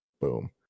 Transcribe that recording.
Boom